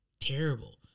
terrible